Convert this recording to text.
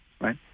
right